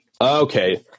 Okay